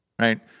Right